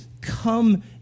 come